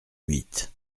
huit